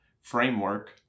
framework